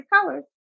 colors